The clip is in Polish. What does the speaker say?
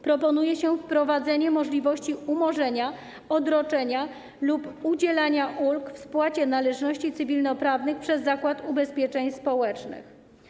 Proponuje się wprowadzenie możliwości umorzenia, odroczenia lub udzielenia ulg w spłacie należności cywilnoprawnych przez Zakład Ubezpieczeń Społecznych.